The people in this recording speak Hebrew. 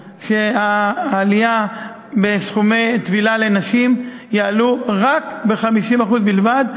שהעלייה במחירי הטבילה לנשים תהיה ב-50% בלבד,